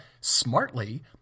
smartly